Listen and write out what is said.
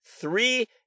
Three